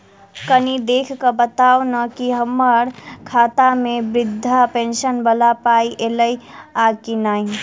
कनि देख कऽ बताऊ न की हम्मर खाता मे वृद्धा पेंशन वला पाई ऐलई आ की नहि?